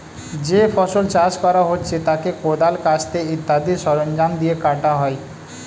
যে ফসল চাষ করা হচ্ছে তা কোদাল, কাস্তে ইত্যাদি সরঞ্জাম দিয়ে কাটা হয়